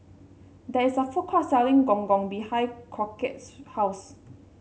there is a food court selling Gong Gong behind Crockett's house